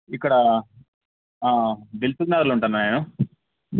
ఇక్కడ దిల్షుఖ్నగర్లో ఉంటా అన్నా నేను